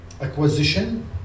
acquisition